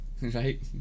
right